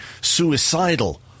suicidal